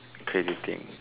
crazy thing